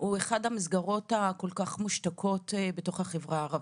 הוא אחד המסגרות המושתקות כל כך בתוך החברה הערבית.